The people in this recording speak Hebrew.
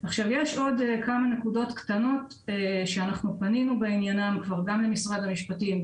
יש עוד כמה נקודות קטנות שבעניינן פנינו למשרד המשפטים,